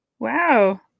Wow